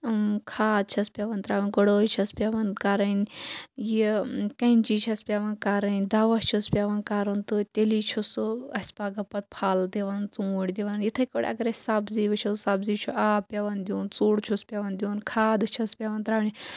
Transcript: کھاد چھس پیوان تراوٕنۍ گُڑٲے چھس پیوان کَرٕنۍ یہِ کینچی چھس پیوان کَرٕنۍ دوا چھُس پیوان کَرُن تہٕ تیٚلی چھُ سُہ اَسہِ پَگاہ پَتہٕ پھل دِوان ژوٗنٹھۍ دِوان یِتھے کٲٹھۍ اَگر أسۍ سَبزی وٕچھو سَبزی چھ آب پیوان دیُن ژوٚڑ چھُس پیوان دیُن کھادٕ چھس پیوان تراونہِ